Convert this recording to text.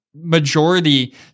majority